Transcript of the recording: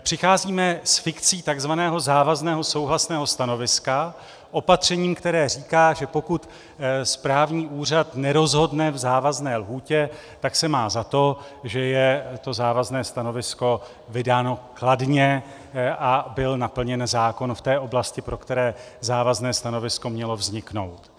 Přicházíme s fikcí takzvaného závazného souhlasného stanoviska, opatřením, které říká, že pokud správní úřad nerozhodne v závazné lhůtě, tak se má za to, že je to závazné stanovisko vydáno kladně a byl naplněn zákon v té oblasti, pro které závazné stanovisko mělo vzniknout.